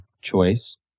choice